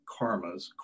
karmas